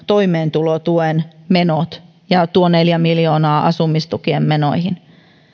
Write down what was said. toimeentulotuen menojen ja ja tuo neljä miljoonaa asumistukien menojen